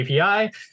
API